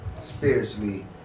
spiritually